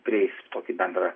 prieis tokį bendrą